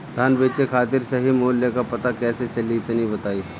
धान बेचे खातिर सही मूल्य का पता कैसे चली तनी बताई?